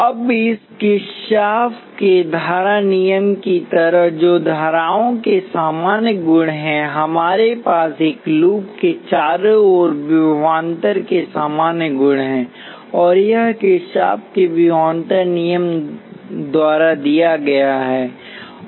अब इस किरचॉफ के धारा नियम की तरह जो धाराओं के सामान्य गुण हैं हमारे पास एक लूप के चारों ओरविभवांतर के सामान्य गुण हैं और यह किरचॉफ के विभवान्तर नियम द्वारा दिया गया है